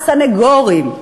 הסנגורים.